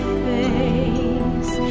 face